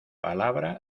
palabra